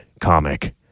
comic